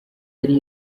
ari